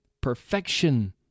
perfection